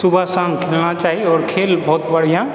सुबह शाम खेलना चाही आओर खेल बहुत बढ़िआँ